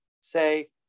say